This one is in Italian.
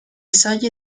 soglie